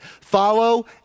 Follow